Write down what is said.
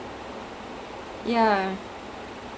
I know right but then in chennai they have it